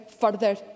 further